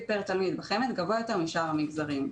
פר תלמיד בחמ"ד גבוה יותר משאר המגזרים.